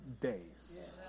days